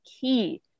key